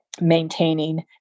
maintaining